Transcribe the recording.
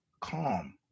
calm